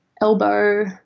Elbow